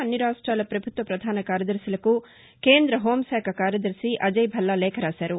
అన్ని రాష్ట్వాల పభుత్వ పధాన కార్యదర్శులకు కేంద హోంశాఖ కార్యదర్ని అజయ్భల్లా లేఖ రాశారు